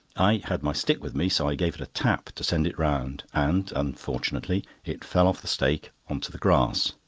i had my stick with me, so i gave it a tap to send it round, and, unfortunately, it fell off the stake on to the grass.